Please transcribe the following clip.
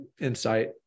insight